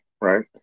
Right